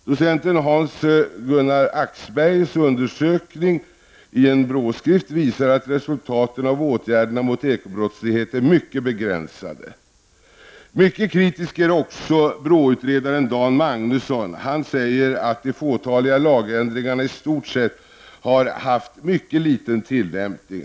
Docenten Hans Gunnar Axbergers undersökning i en BRÅ-skrift visar att resultaten av åtgärderna mot ekobrottslighet är mycket begränsade. Mycket kritisk är också BRÅ-utredaren Dan Magnusson. Han säger att de fåtaliga lagändringarna i stort sett har haft mycket liten tillämpning.